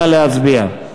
נא להצביע.